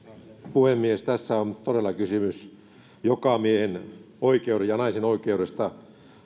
puhemies tässä on todella kysymys jokamiehen ja naisen oikeudesta